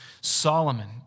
Solomon